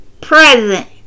present